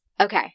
Okay